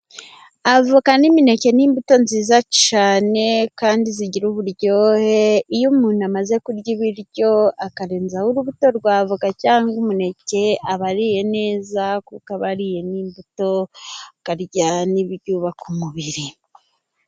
Avoka n'imineke ni imbuto nziza cyane kandi zigira uburyohe. Iyo umuntu amaze kurya ibiryo, akarenzaho urubuto rwa avoka cyangwa umuneke aba ariye neza, kuko aba ariye n'imbuto akarya n'byubaka umubiri.